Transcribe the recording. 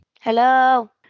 hello